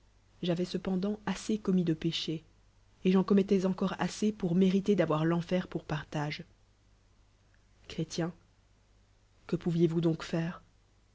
j'avois cependant assez commis de péchés et j'en commettois encore assez pour mériter a'avoir l'enfer pour partage chrét que pouviez vons donc faire